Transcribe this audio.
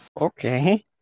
Okay